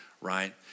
Right